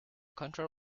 control